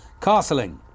Castling